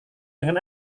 dengan